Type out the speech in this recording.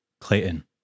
Clayton